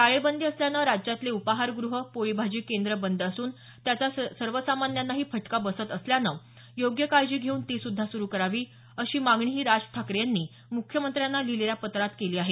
टाळेबंदी असल्यानं राज्यातले उपाहारगृहे पोळीभाजी केंद्र बंद असून त्याचा सर्वसामान्यानाही फटका बसत असल्यान योग्य काळजी घेऊन ती सुद्धा सुरु करावी अशी मागणीही राज ठाकरे यांनी मुख्यमंत्र्यांना लिहिलेल्या पत्रात केली आहे